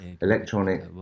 electronic